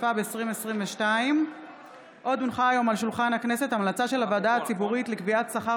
התשפ"ב 2022. המלצה של הוועדה הציבורית לקביעת שכר